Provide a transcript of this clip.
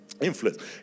Influence